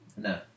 No